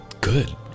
good